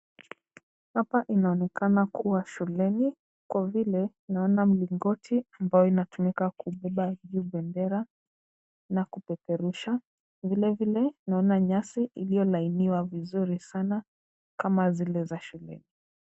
Hapa inaonekana kuwa shuleni kwa vile naona mlingoti ambayo inatumika kubebea juu bendera na kupeperusha. Vile vile naona nyasi iliyo lainiwa vizuri sana kama zile za shule.